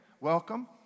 welcome